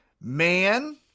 man